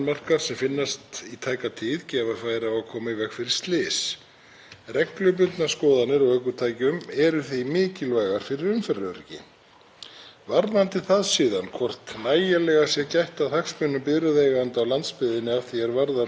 Varðandi það síðan hvort nægilega sé gætt að hagsmunum bifreiðaeigenda á landsbyggðinni að því er varðar akstursbann í stað endurskoðunar þá eru annmarkar sem í ljós koma við skoðun ökutækja flokkaðir í skoðunarhandbók Samgöngustofu